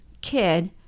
kid